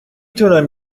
تونم